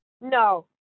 No